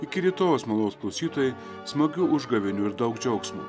iki rytojaus malonūs klausytojai smagių užgavėnių ir daug džiaugsmo